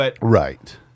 Right